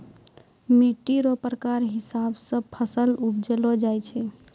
मिट्टी रो प्रकार हिसाब से फसल उपजैलो जाय छै